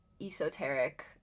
esoteric